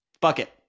Bucket